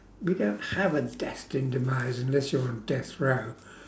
we don't have a destined demise unless you're on death row